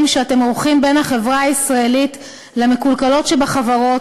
בין החברה הישראלית למקולקלות שבחברות,